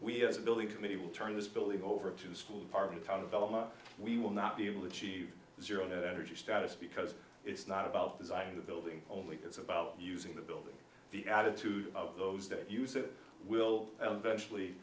we as a building committee will turn this building over to school part of the town of element we will not be able to achieve zero no energy status because it's not about designing the building only it's about using the building the attitude of those that use it will eventually